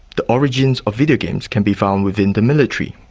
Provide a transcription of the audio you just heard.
the origins of videogames can be found within the military.